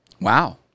Wow